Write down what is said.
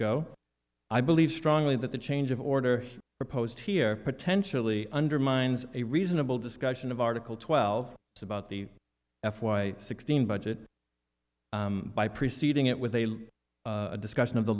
go i believe strongly that the change of order proposed here potentially undermines a reasonable discussion of article twelve to about the f y sixteen budget by preceding it with a long discussion of the